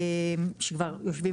שכבר יושבים